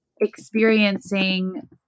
experiencing